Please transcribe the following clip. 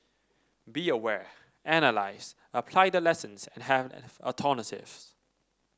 be aware analyse apply the lessons and have alternatives